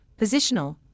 positional